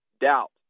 doubt